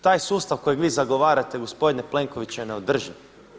Taj sustav kojeg vi zagovarate gospodine Plenkoviću je neodrživ.